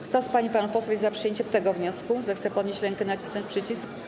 Kto z pań i panów posłów jest za przyjęciem tego wniosku, zechce podnieść rękę i nacisnąć przycisk.